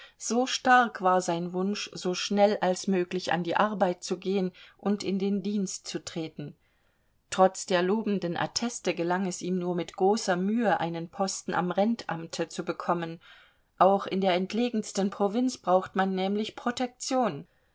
so stark war sein wunsch so schnell als möglich an die arbeit zu gehen und in den dienst zu treten trotz der lobenden atteste gelang es ihm nur mit großer mühe einen posten am rentamte zu bekommen auch in der entlegensten provinz braucht man nämlich protektion